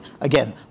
Again